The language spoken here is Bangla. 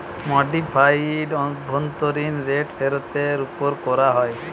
মডিফাইড অভ্যন্তরীন রেট ফেরতের ওপর করা হয়